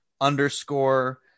underscore